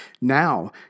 Now